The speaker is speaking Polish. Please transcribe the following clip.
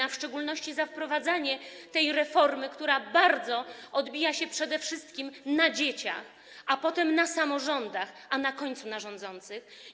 a w szczególności za wprowadzanie tej reformy, która bardzo odbija się przede wszystkim na dzieciach, potem na samorządach, a na końcu na rządzących.